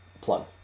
Plug